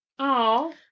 Aww